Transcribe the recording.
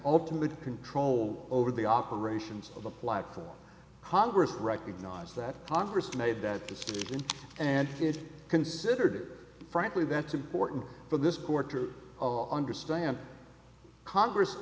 ultimate control over the operations of apply for congress recognize that congress made that decision and it's considered frankly that's important for this quarter of understand congress